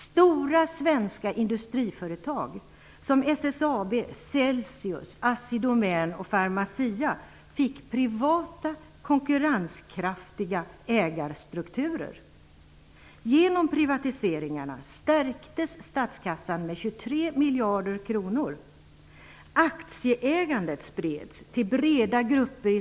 Stora svenska industriföretag som SSAB, Celsius, Assi Domän och Pharmacia fick privata konkurrenskraftiga ägarstrukturer.